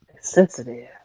sensitive